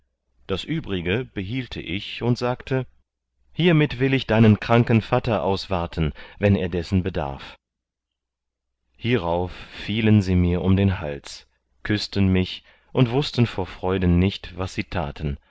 das übrige behielte ich und sagte hiermit will ich deinen kranken vatter auswarten wann er dessen bedarf hierauf fielen sie mir um den hals küßten mich und wußten vor freuden nicht was sie taten